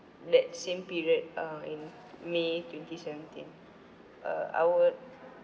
that same period uh in may twenty seventeen uh I would